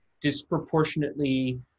disproportionately